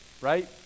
right